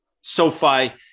SoFi